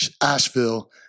Asheville